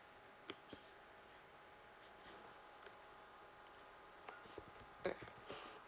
mm